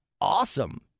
awesome